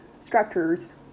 structures